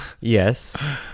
Yes